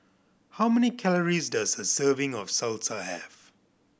how many calories does a serving of Salsa have